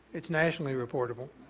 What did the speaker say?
it's nationally reportable.